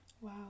wow